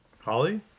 Holly